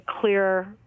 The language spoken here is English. clear